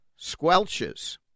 squelches